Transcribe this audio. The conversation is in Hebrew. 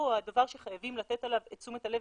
הוא הדבר שחייבים לתת עליו את תשומת הלב,